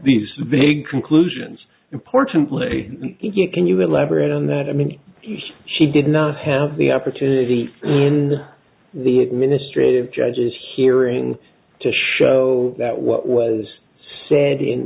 these vague conclusions importantly if you can you elaborate on that i mean she did not have the opportunity when the administrative judge is hearing to show that what was said in